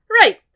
Right